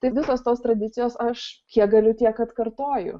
tai visos tos tradicijos aš kiek galiu tiek atkartoju